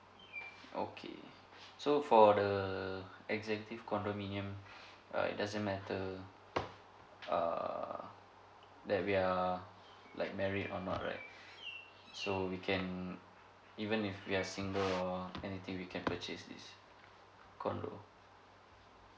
okay so for the executive condominium uh it doesn't matter err that we are like married or not right so we can even if we are single or anything we can purchase this condo